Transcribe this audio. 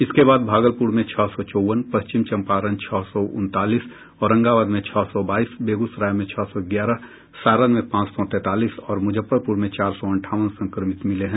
इसके बाद भागलपुर में छह सौ चौंवन पश्चिम चंपारण छह सौ उनतालीस औरंगाबाद में छह सौ बाईस बेगूसराय में छह सौ ग्यारह सारण में पाचं सौ तैंतालीस और मुजफ्फरपुर में चार सौ अंठावन संक्रमित मिले हैं